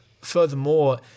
Furthermore